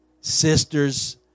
sisters